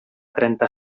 trenta